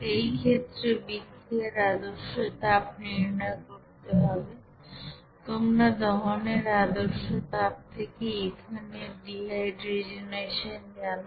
এই ক্ষেত্রে বিক্রিয়ার আদর্শ তাপ নির্ণয় করতে হবে তোমরা দহনের আদর্শ তাপ থেকে ইথেনের ডিহাইড্রোজেনেশন জানো